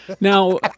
Now